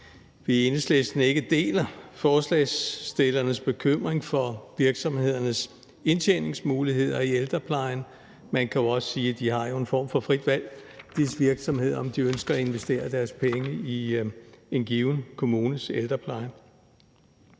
i Enhedslisten ikke deler forslagsstillernes bekymring for virksomhedernes indtjeningsmuligheder i ældreplejen. Man kan jo også sige, at disse virksomheder har en form for frit valg, med hensyn til om de ønsker at investere deres penge i en given kommunes ældrepleje.